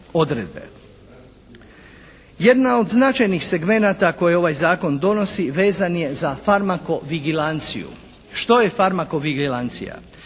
Jedna od značajnih segmenata koji ovaj zakon donosi vezan je za farmakovigilanciju. Što je farmakovigilancija?